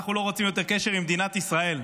אנחנו לא רוצים יותר קשר עם מדינת ישראל.